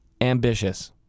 ambitious